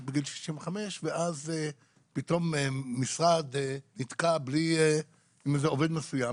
בגיל 65 ואז פתאום משרד נתקע בלי איזה עובד מסוים,